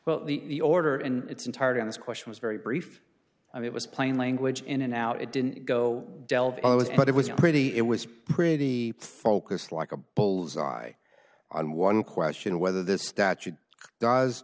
well the order in its entirety on this question was very brief i mean it was plain language in and out it didn't go delphi was but it was pretty it was pretty focused like a bull's eye on one question whether this statute does